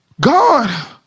God